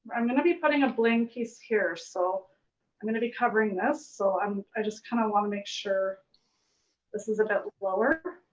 i'm gonna be putting a bling piece here so i'm gonna be covering this so i just kinda wanna make sure this is a bit lower.